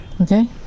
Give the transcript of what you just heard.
Okay